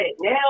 now